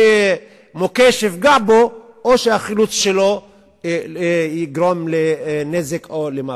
שמוקש יפגע בו או שהחילוץ שלו יגרום לנזק או למוות.